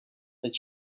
that